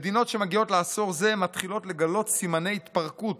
מדינות שמגיעות לעשור זה מתחילות לגלות סימני התפרקות